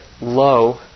low